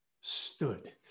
stood